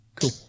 cool